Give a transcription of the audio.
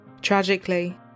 Tragically